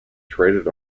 traded